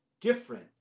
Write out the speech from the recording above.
different